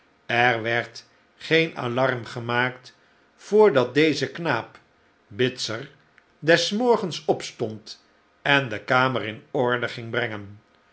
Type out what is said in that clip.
er werd geen alarm gemaakt voordat deze knaap bitzer des morgens opstond en de kamer in orde ging brengen